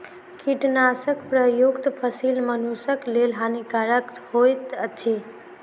कीटनाशक प्रयुक्त फसील मनुषक लेल हानिकारक होइत अछि